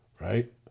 right